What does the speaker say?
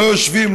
לא יושבים,